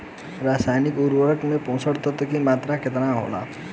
रसायनिक उर्वरक मे पोषक तत्व के मात्रा केतना होला?